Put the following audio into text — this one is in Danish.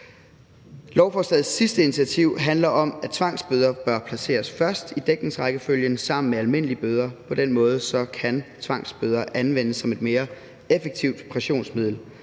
Lovforslagets sidste initiativ handler om, at tvangsbøder bør placeres først i dækningsrækkefølgen sammen med almindelige bøder. På den måde kan tvangsbøder anvendes som et mere effektivt pressionsmiddel,